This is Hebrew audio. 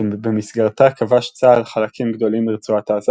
שבמסגרתה כבש צה"ל חלקים גדולים מרצועת עזה